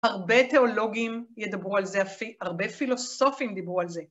הרבה תיאולוגים ידברו על זה, הרבה פילוסופים דיברו על זה.